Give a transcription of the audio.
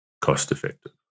cost-effective